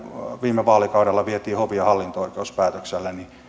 viime vaalikaudella vietiin hovi ja hallinto oikeus niin